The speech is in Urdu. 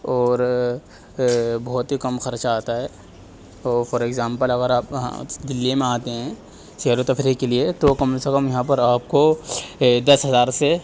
اور بہت ہی کم خرچہ آتا ہے اور فور ایگزامپل اگر آپ دلّی میں آتے ہیں سیر و تفریح کے لیے تو کم سے کم یہاں پر آپ کو دس ہزار سے